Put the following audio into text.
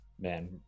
man